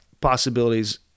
possibilities